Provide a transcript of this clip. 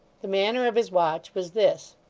the manner of his watch was this.